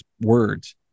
words